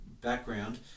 background